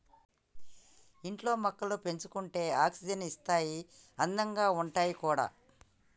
ఇంట్లో మొక్కలు పెంచుకుంటే ఆక్సిజన్ ఇస్తాయి అందంగా ఉంటాయి కూడా